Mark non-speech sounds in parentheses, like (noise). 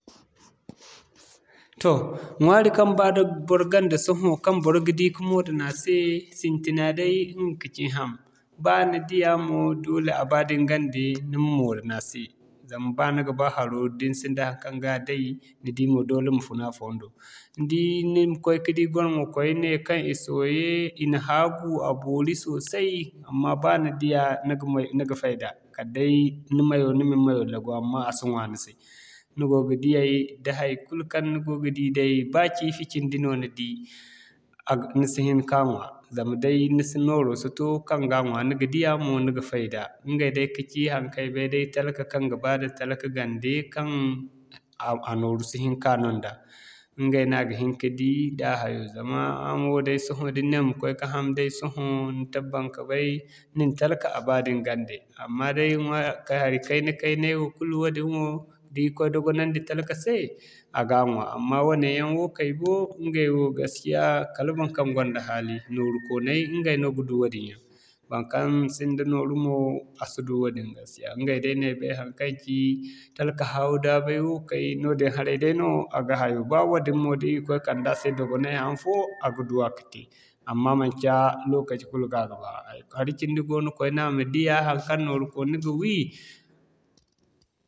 Toh ɲwaari kaŋ ba da bor gande sohõ kaŋ bor ga da ka moo daŋ a se, sintina day ɲga kaci ham. Ba ni diya mo, doole a ba da ni gande ma moo daŋ a se zama ba ni ga ba haro da ni sinda haŋkaŋ ga day, ni di mo doole ma fun a fondo. Ni di ni ma koy ka di gwarŋwo koyne kaŋ i sooye, i na haagu, a boori sosai, amma ba ni diya ni ga fayda kala day ni ma ni mayo lagu amma a si ɲwa ni se. Ni go ga diyay, da haikulu kaŋ ni go ga di day, ba ciifi cindi no ni di a ga ni si hin kaa ɲwa toh day nisi nooro si to kaŋ gaa ɲwa. Ni ga diya mo ni ga fayda ɲgay day kaci haŋkaŋ ay bay day talka kaŋ ga ba da talka gande kaŋ a nooru si hin ka no nda. Ɲgay no a ga hin ka di, da a hayo zama hamo day sohõ da ni ne ma koy ka ham day sohõ ni (unintelligible) nin talka a ba da ni gande. Amma day ɲwaari kay hari kay-kaynay wo neewo kulu woodin wo da irkoy dogonandi talka se, a ga ɲwa amma woone yaŋ woo kay bo ɲgay wo gaskiya kala baŋkaŋ gonda hali nooru woone ɲgay no ga du wane yaŋ. Baŋkaŋ sinda nooru mo a si du wane yaŋ ɲgay day no ay bay haŋkaŋ ci, talka haawu daabay woo kay, noodin haray dayno a ga hayo. Ba wadin mo da irkoy kande a se dogonay haŋfo, a ga duwa ka te. Amma manci lokaci kulu kaŋ a ga ba (unintelligible) hari cindi goono koyne a ma diya haŋkaŋ nooru kooni ga wi.